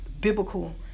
biblical